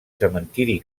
cementiri